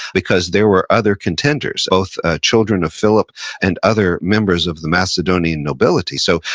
because there were other contenders, both children of philip and other members of the macedonian nobility. so,